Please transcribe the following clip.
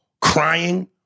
crying